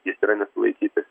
jis yra nesulaikytas